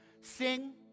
sing